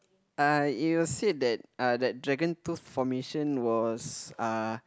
uh you said that uh that dragon tooth formation was uh